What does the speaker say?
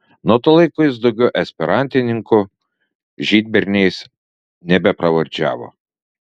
nuo to laiko jis daugiau esperantininkų žydberniais nebepravardžiavo